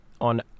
on